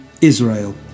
Israel